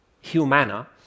Humana